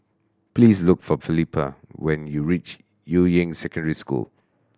please look for Felipa when you reach Yuying Secondary School